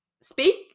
speak